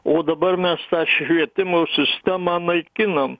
o dabar mes tą švietimo sistemą naikinam